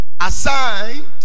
Assigned